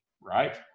right